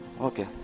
Okay